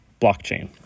blockchain